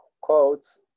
quotes